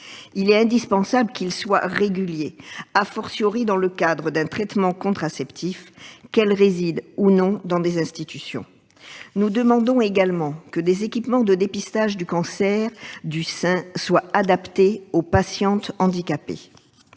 il est indispensable qu'il soit régulier, dans le cadre d'un traitement contraceptif, qu'elles résident ou non dans des institutions. Nous demandons également que les équipements de dépistage du cancer du sein soient adaptés aux patientes handicapées.